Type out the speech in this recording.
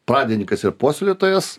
pradininkas ir puoselėtojas